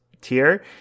tier